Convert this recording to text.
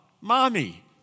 mommy